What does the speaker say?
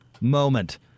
moment